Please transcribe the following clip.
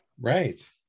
right